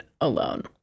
alone